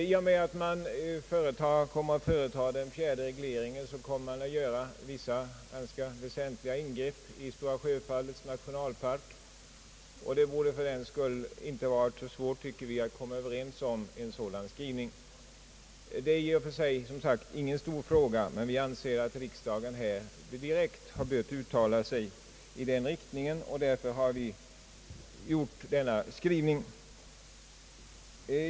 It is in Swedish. I och med att man kommer att företa den fjärde regleringen kommer man att göra vissa ganska väsentliga ingrepp i Stora Sjöfallets nationalpark, och det borde för den skull inte vara så svårt, tycker vi, att komma överens om en sådan skrivning. Detta är ju i och för sig ingen stor fråga, men vi anser att riksdagen här direkt bör uttala sig i den riktningen, och därför har vi gjort denna skrivning.